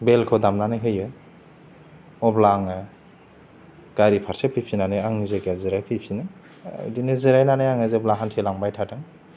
बेलखौ दामनानै होयो अब्ला आङो गारि फारसे फैफिननानै आंनि जायगायाव जिरायफैफिनो बिदिनो जिरायनानै आङो जेब्ला हान्थिलांबाय थादों